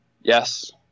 Yes